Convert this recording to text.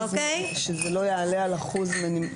שזה לא יעלה על אחוז.